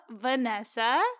Vanessa